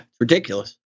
ridiculous